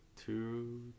two